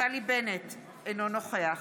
נפתלי בנט, אינו נוכח